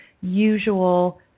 usual